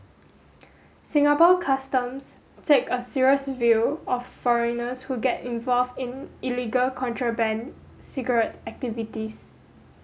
Singapore Customs takes a serious view of foreigners who get involved in illegal contraband cigarette activities